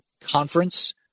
Conference